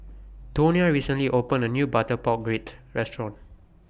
Tonia recently opened A New Butter Pork Ribs Restaurant